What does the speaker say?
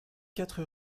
quatre